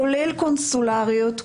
כולל קונסולריות,